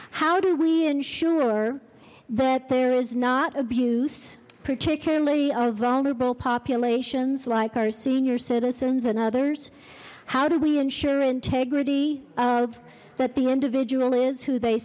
how do we ensure that there is not abuse particularly of vulnerable populations like our senior citizens and others how do we ensure integrity of that the individual is who they